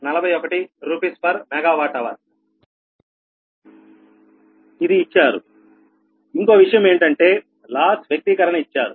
35 Pg241 RsMWhr ఇది ఇచ్చారు ఇంకో విషయం ఏంటంటే లాస్ వ్యక్తీకరణ ఇచ్చారు